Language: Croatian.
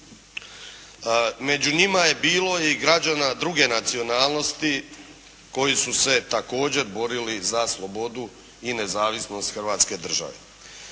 Među njima je bilo i građana druge nacionalnosti koji su se također borili za slobodu i nezavisnost Hrvatske države.